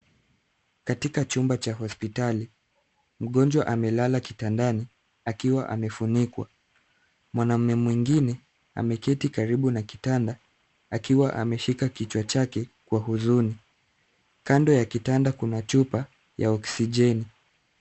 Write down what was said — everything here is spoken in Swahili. Katika chumba cha hospitali, mhonjwa amelala kitandani akiwa amefunikwa. Mwanaume mwingine ameketi karibu na kitanda akiwa ameshika kichwa chake kwa huzuni. Kando ya kitanda kuna chupa ya oksijeni.